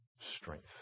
strength